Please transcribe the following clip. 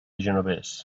genovés